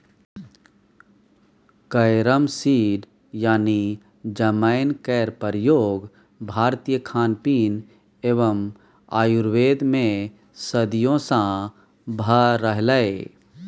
carrom seed यानी जमैन केर प्रयोग भारतीय खानपीन एवं आयुर्वेद मे सदियों सँ भ रहलैए